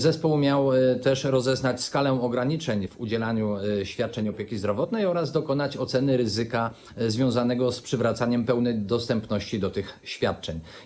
Zespół miał też rozeznać skalę ograniczeń w udzielaniu świadczeń opieki zdrowotnej oraz dokonać oceny ryzyka związanego z przywracaniem pełnej dostępności tych świadczeń.